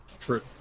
True